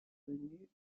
venus